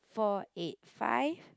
four eight five